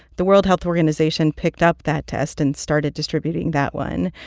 the world health organization picked up that test and started distributing that one.